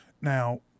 Now